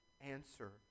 answer